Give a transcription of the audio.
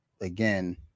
again